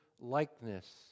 likeness